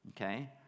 Okay